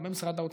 גם במשרד האוצר,